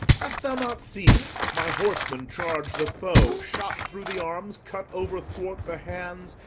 hast thou not seen my horsemen charge the foe, shot through the arms, cut overthwart the hands,